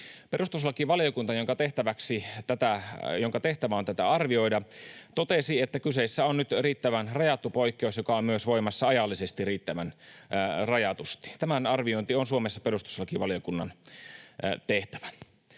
Perustuslakivaliokunta, jonka tehtävä on tätä arvioida, totesi, että kyseessä on nyt riittävän rajattu poikkeus, joka on voimassa myös ajallisesti riittävän rajatusti. Tämän arviointi on Suomessa perustuslakivaliokunnan tehtävä.